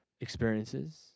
experiences